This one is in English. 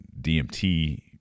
DMT